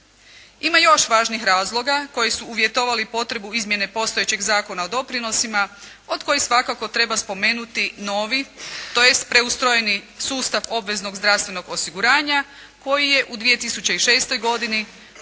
Ima još važnih razloga koji su uvjetovali potrebu izmjene postojećeg Zakona o doprinosima od kojih svakako treba spomenuti novi, tj. preustrojeni sustav obveznog zdravstvenog osiguranja koji je u 2006. godini